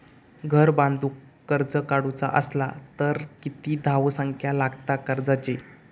घर बांधूक कर्ज काढूचा असला तर किती धावसंख्या लागता कर्जाची?